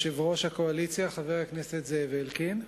חבר הכנסת זאב אלקין,